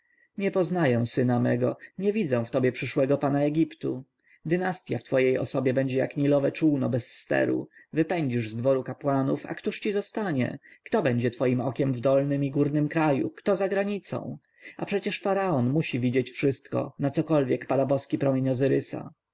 nie poznaję syna mego nie widzę w tobie przyszłego pana egiptu dynastja w twojej osobie będzie jak nilowe czółno bez steru wypędzisz z dworu kapłanów a któż ci zostanie kto będzie twoim okiem w dolnym i górnym kraju kto zagranicą a przecie faraon musi widzieć wszystko na cokolwiek pada boski promień